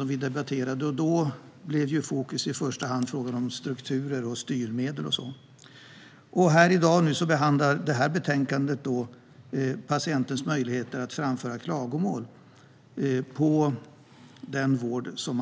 Fokus blev då i första hand sådant som strukturer och styrmedel. I det här betänkandet behandlas patientens möjligheter att framföra klagomål på den vård som